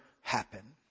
happen